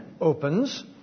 opens